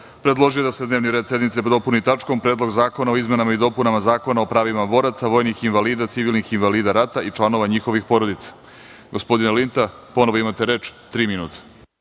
predložio je da se dnevni red sednice dopuni tačkom Predlog zakona o izmenama i dopunama Zakona o pravima boraca, vojnih invalida, civilnih invalida rata i članova njihovih porodica. Gospodine Linta, ponovo imate reč. **Miodrag